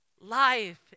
Life